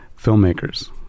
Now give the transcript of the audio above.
filmmakers